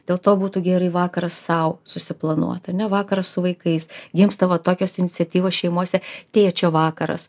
dėl to būtų gerai vakaras sau susiplanuot ane vakaras su vaikais jiems tavo tokios iniciatyvos šeimose tėčio vakaras